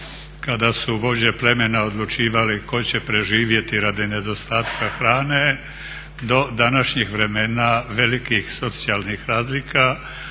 kada su vođe plemena odlučivale tko će preživjeti radi nedostatka hrane do današnjih vremena velikih socijalnih razlika